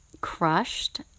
crushed